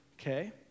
okay